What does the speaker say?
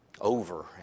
over